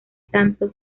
tanto